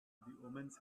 omens